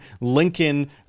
Lincoln